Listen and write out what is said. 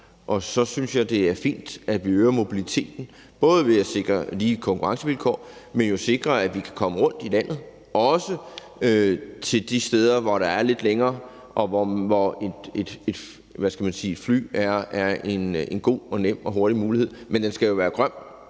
Og så synes jeg, det er fint, at vi øger mobiliteten både ved at sikre lige konkurrencevilkår, men jo også ved at sikre, at vi kan komme rundt i landet, også til de steder, der er lidt længere til, og hvor et fly er en god, nem og hurtig mulighed. Men flyrejsen skal jo være grøn,